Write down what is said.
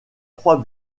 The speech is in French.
trois